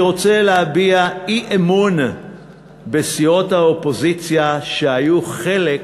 אני רוצה להביע אי-אמון בסיעות האופוזיציה שהיו חלק